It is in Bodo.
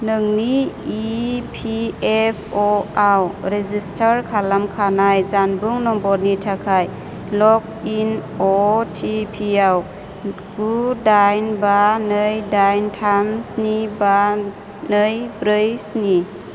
नोंनि इपिएफअआव रेजिस्टार खालामखानाय जानबुं नम्बरनि थाखाय लग इन अटिपिआव गु दाइन बा नै दाइन थाम स्नि बा नै ब्रै स्नि